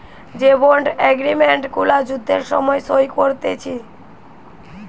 যে bond agreement গুলা যুদ্ধের সময় সই করতিছে